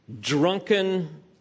drunken